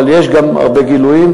אבל יש גם הרבה גילויים,